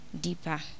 deeper